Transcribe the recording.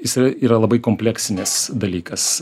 jis yra yra labai kompleksinis dalykas